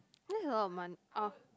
that's a lot of month orh